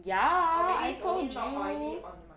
ya then I told you